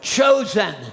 chosen